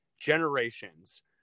generations